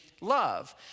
love